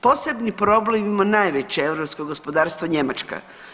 Posebni problem ima najveće europskog gospodarstvo Njemačka.